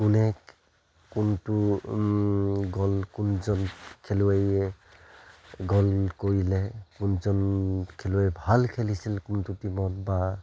কোনে কোনটো গ'ল কোনজন খেলুৱৈয়ে গ'ল কৰিলে কোনজন খেলুৱৈ ভাল খেলিছিল কোনটো টীমত বা